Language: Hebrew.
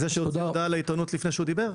לזה שהוציא הודעה לעיתונות לפני שהוא דיבר?